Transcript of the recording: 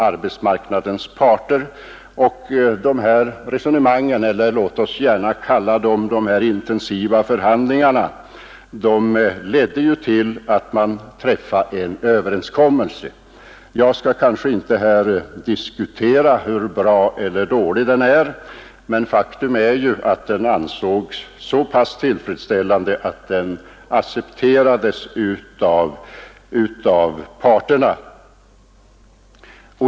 Dessa resonemang — eller låt oss gärna kalla dem intensiva förhandlingar — ledde ju till att man träffade en överenskommelse. Jag skall här inte diskutera hur bra eller hur dålig den är, men faktum är att den ansågs så pass tillfredsställande, att den accepterades av parterna.